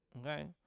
Okay